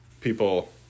People